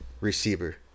Receiver